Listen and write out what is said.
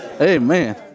Amen